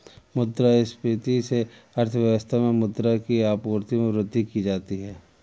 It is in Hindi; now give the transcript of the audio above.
मुद्रा संस्फिति से अर्थव्यवस्था में मुद्रा की आपूर्ति में वृद्धि की जाती है